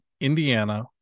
Indiana